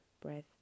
breath